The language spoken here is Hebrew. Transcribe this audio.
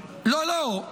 לא, לא.